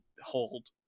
hold